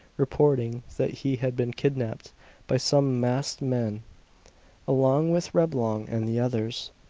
reporting that he had been kidnapped by some masked men along with reblong and the others,